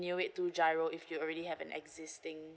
renew it to giro if you already have an existing